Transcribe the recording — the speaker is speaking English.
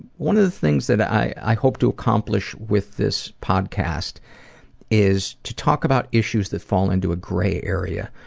one of the things that i hope to accomplish with this podcast is to talk about issues that fall into a gray area,